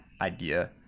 idea